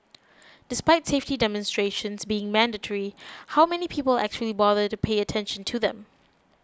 despite safety demonstrations being mandatory how many people actually bother to pay attention to them